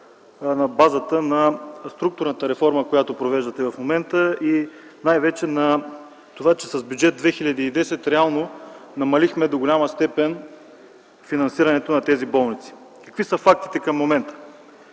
на базата на структурната реформа, която провеждате в момента, и най-вече на това, че с Бюджет 2010 реално намалихме до голяма степен финансирането на тези болници. Какви са фактите към момента?